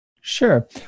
Sure